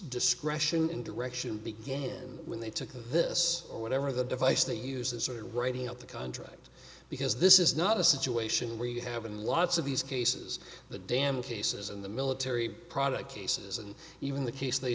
discretion in direction began when they took on this or whatever the device that uses are writing out the contract because this is not a situation where you have in lots of these cases the dam cases in the military product cases and even the case